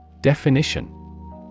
Definition